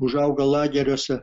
užauga lageriuose